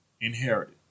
inherited